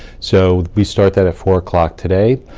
so we start that at four o'clock today,